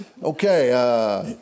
Okay